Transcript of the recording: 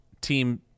team